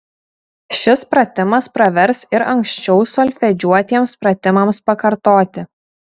šis pratimas pravers ir anksčiau solfedžiuotiems pratimams pakartoti